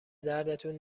دردتون